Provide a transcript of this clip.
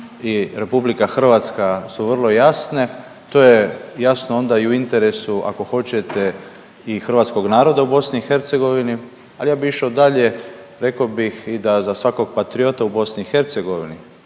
koje ima i RH su vrlo jasne, to je jasno onda i u interesu ako hoćete i hrvatskog naroda u BiH, ali ja bi išo dalje, reko bih i da za svakog patriota u BiH